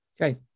Okay